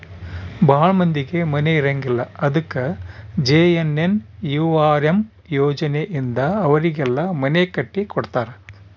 ಭಾಳ ಮಂದಿಗೆ ಮನೆ ಇರಂಗಿಲ್ಲ ಅದಕ ಜೆ.ಎನ್.ಎನ್.ಯು.ಆರ್.ಎಮ್ ಯೋಜನೆ ಇಂದ ಅವರಿಗೆಲ್ಲ ಮನೆ ಕಟ್ಟಿ ಕೊಡ್ತಾರ